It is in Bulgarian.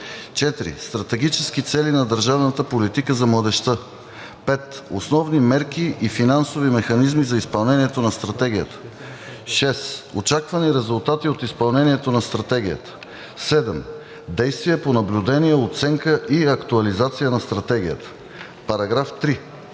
4. стратегически цели на държавната политика за младежта; 5. основни мерки и финансови механизми за изпълнението на стратегията; 6. очаквани резултати от изпълнението на стратегията; 7. действия по наблюдение, оценка и актуализация на стратегията.“ По § 3